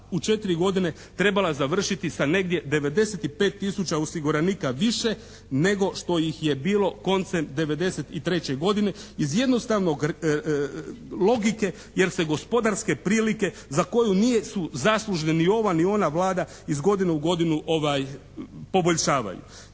u četiri godine trebala završiti sa negdje 95 tisuća osiguranika više nego što ih je bilo koncem '93. godine iz jednostavnog logike jer se gospodarske prilike za koju nisu zaslužne ni ova ni ona Vlada iz godine u godinu poboljšavaju.